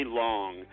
long